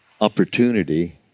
opportunity